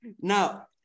Now